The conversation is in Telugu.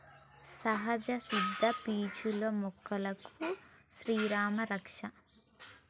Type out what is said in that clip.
సహజ సిద్ద పీచులు మొక్కలకు శ్రీరామా రక్ష